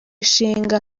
ishinga